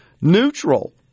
neutral